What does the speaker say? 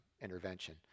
intervention